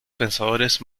pensadores